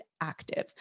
active